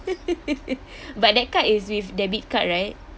but that card is with debit card right